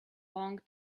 long